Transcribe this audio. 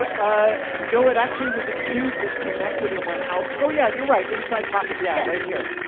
ah no, it actually was a tube that connected and went out. oh, yeah, you're right, inside pocket, yeah. right here.